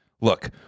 Look